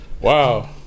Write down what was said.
Wow